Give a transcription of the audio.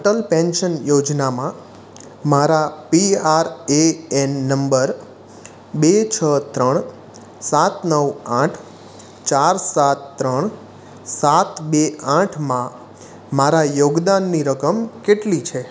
Atal pension યોજનામાં મારા PRAN number બે છ ત્રણ સાત નવ આઠ ચાર સાત ત્રણ સાત બે આઠમાં મારા યોગદાનની રકમ કેટલી છે